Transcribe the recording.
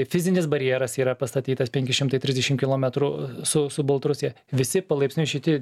fizinis barjeras yra pastatytas penki šimtai trisdešim kilometrų su su baltarusija visi palaipsniui šiti